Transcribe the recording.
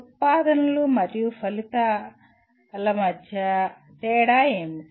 ఉత్పాదనలు మరియు ఫలితాల మధ్య తేడా ఏమిటి